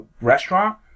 restaurant